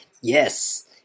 Yes